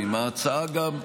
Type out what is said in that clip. ואנחנו גם תומכים.